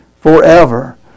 forever